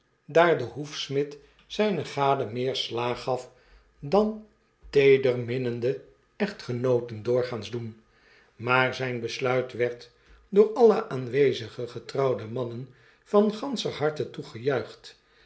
daar de hoefsmid zijne gade meer slaag gaf dan teederminnende echtgenooten doorgaans doen maar zyn besluit werd door alle aanwezige getrouwde mannen van ganscher harte